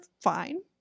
fine